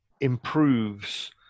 improves